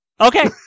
Okay